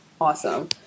Awesome